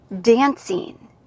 dancing